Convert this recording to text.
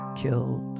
killed